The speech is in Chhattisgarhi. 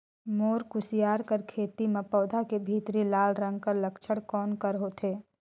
मोर कुसियार कर खेती म पौधा के भीतरी लाल रंग कर लक्षण कौन कर होथे?